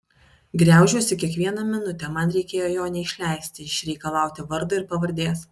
griaužiuosi kiekvieną minutę man reikėjo jo neišleisti išreikalauti vardo ir pavardės